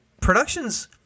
productions